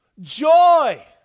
Joy